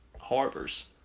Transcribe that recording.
harbors